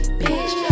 bitch